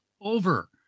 over